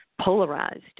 polarized